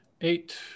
eight